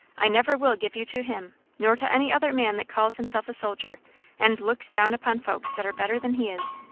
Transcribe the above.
i never will give you to him, nor to any other man that calls himself a soldier and looks down upon folks that are better than he is.